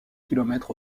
kilomètres